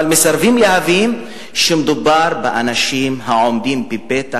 אבל מסרבים להבין שמדובר באנשים העומדים בפתח,